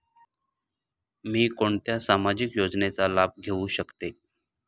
मी कोणत्या सामाजिक योजनेचा लाभ घेऊ शकते?